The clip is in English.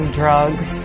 drugs